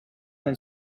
nel